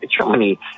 Germany